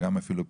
וגם אפילו פה,